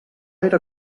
era